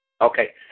Okay